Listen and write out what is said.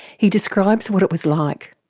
he describes what it was like.